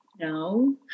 No